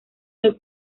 los